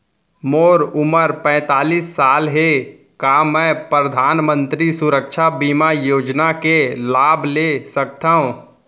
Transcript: मोर उमर पैंतालीस साल हे का मैं परधानमंतरी सुरक्षा बीमा योजना के लाभ ले सकथव?